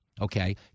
Okay